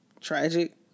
tragic